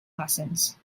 lessons